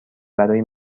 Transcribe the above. برای